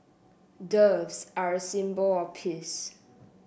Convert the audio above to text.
doves are a symbol of peace